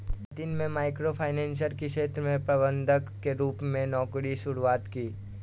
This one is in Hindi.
जतिन में माइक्रो फाइनेंस के क्षेत्र में प्रबंधक के रूप में नौकरी की शुरुआत की